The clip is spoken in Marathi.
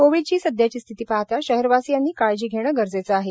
कोव्हिडची सदयाची स्थिती पाहता शहरवासीयांनी काळजी घेणे गरजेचे आहे